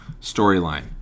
storyline